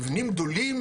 מבנים גדולים,